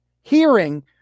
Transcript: hearing